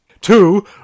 Two